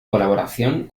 colaboración